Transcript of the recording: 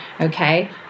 Okay